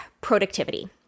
productivity